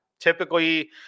Typically